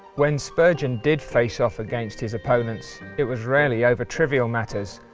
when spurgeon did face off against his opponents, it was rarely over trivial matters.